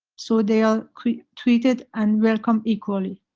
so, they are treated and welcomed equally.